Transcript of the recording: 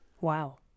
Wow